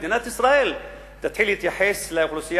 מדינת ישראל יתחילו להתייחס לאוכלוסייה